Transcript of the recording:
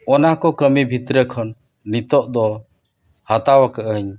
ᱚᱱᱟ ᱠᱚ ᱠᱟᱹᱢᱤ ᱵᱷᱤᱛᱨᱤ ᱠᱷᱚᱱ ᱱᱤᱛᱳᱜ ᱫᱚ ᱦᱟᱛᱟᱣ ᱟᱠᱟᱫ ᱟᱹᱧ